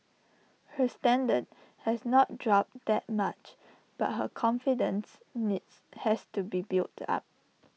her standard has not dropped that much but her confidence needs has to be built up